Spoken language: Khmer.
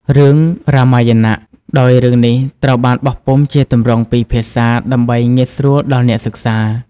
រឿង រ៉ាម៉ាយណៈ ដោយរឿងនេះត្រូវបានបោះពុម្ពជាទម្រង់ពីរភាសាដើម្បីងាយស្រួលដល់អ្នកសិក្សា។